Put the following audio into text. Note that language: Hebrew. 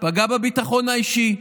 פגע בביטחון האישי.